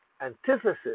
antithesis